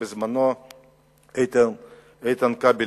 שבזמנו הביא אותו איתן כבל.